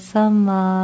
Sama